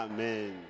Amen